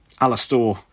Alastor